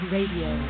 Radio